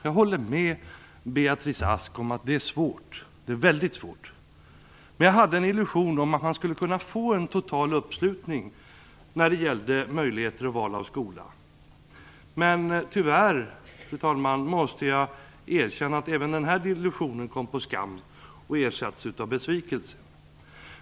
Jag håller med Beatrice Ask om att detta ärende är väldigt svårt. Jag hade en illusion om att man skulle kunna få en total uppslutning när det gällde möjligheten till val av skola. Men tyvärr måste jag erkänna, fru talman, att även den illusionen kom på skam och har ersatts av besvikelse.